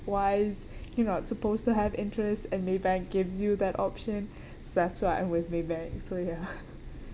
wise you're not supposed to have interest and Maybank gives you that option so that's why I'm with Maybank so ya